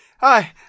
Hi